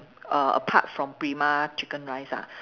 err apart from Prima chicken rice ah